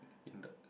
in the